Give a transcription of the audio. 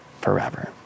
forever